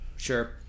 Sure